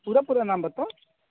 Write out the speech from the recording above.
पूरा पूरा नाम बताउ